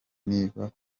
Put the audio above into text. niba